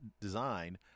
design